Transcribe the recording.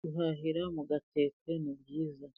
Guhahira mu gatete ni byiza,